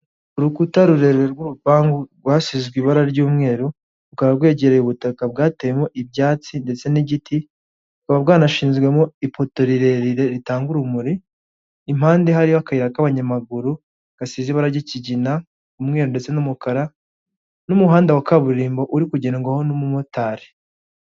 Urukuta rurerure rw'urupangu rwasizwe ibara ry'umweru rukaba rwegereye ubutaka bwateyemo ibyatsi ndetse n'igiti bukaba bwanashinzwemo ipoto rirerire ritanga urumuri, impande hariho akayira k'abanyamaguru gasize ibara ry'ikigina, umweru ndetse n'umukara n'umuhanda wa kaburimbo urikugendwaho n'umumotari.